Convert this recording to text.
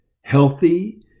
healthy